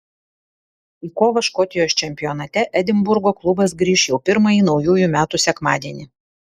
į kovą škotijos čempionate edinburgo klubas grįš jau pirmąjį naujųjų metų sekmadienį